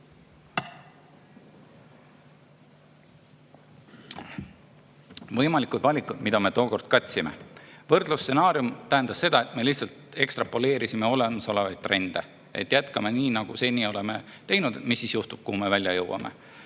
võimalikud valikud, mida me tookord katsime. Võrdlusstsenaarium tähendab seda, et me lihtsalt ekstrapoleerisime olemasolevaid trende: kui jätkame nii, nagu seni oleme teinud, mis siis juhtub, kuhu me välja jõuame?